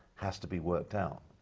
has to be worked out,